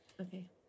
Okay